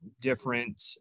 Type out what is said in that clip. different